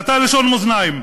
אתה לשון מאזניים,